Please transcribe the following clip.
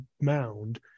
mound